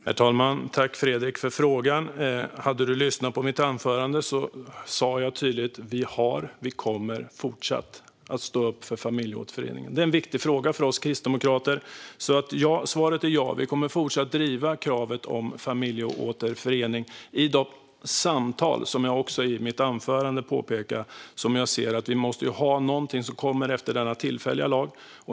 Herr talman! Tack, Fredrik, för frågan! Hade du lyssnat på mitt anförande hade du hört att jag tydligt sa att vi har stått upp och fortsatt kommer att stå upp för familjeåterföreningen. Det är en viktig fråga för oss kristdemokrater. Svaret är ja, vi kommer fortsatt att driva kravet om familjeåterförening. Det ska vi göra i de samtal vi ska föra. Jag påpekade i mitt anförande att vi måste ha någonting som kommer efter denna tillfälliga lag.